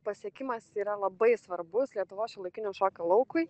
pasiekimas yra labai svarbus lietuvos šiuolaikinio šokio laukui